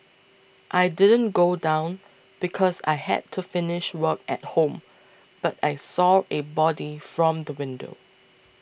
I didn't go down because I had to finish work at home but I saw a body from the window